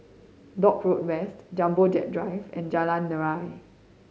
Dock Road West Jumbo Jet Drive and Jalan Nira